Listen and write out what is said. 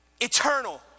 eternal